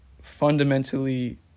fundamentally